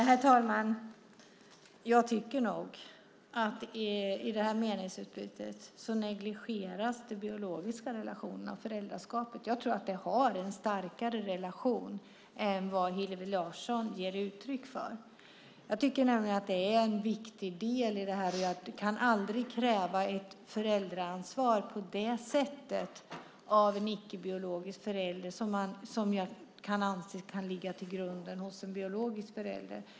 Herr talman! Jag tycker nog att i det här meningsutbytet negligeras den biologiska relationen. Jag tror att det är en starkare relation än vad Hillevi Larsson ger uttryck för. Den är nämligen en viktig del, därför att man kan aldrig kräva samma föräldraansvar av en icke biologisk förälder som det som kan anses ligga till grund för en biologisk förälder.